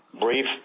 brief